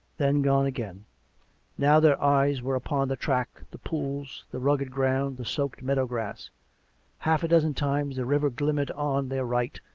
then' gone again now their eyes were upon the track, the pools, the rugged ground, the soaked meadow grass half a dozen times the river glimmered on their right,